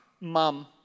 mom